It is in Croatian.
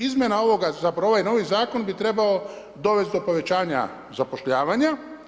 Izmjena ovoga, zapravo ovaj novi zakon bi trebao dovesti do povećanja zapošljavanja.